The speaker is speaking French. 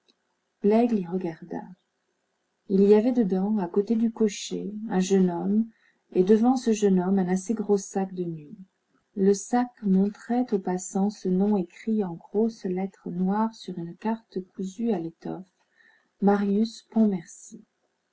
laigle y regarda il y avait dedans à côté du cocher un jeune homme et devant ce jeune homme un assez gros sac de nuit le sac montrait aux passants ce nom écrit en grosses lettres noires sur une carte cousue à l'étoffe marius